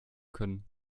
können